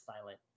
silent